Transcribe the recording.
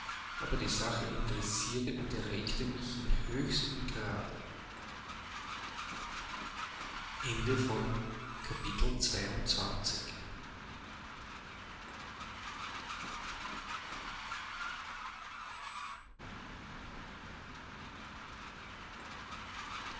aber die sache interessierte und erregte mich im höchsten grade